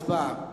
הצבעה.